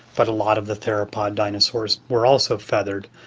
but a lot of the therapod dinosaurs were also feathered,